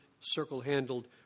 circle-handled